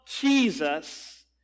Jesus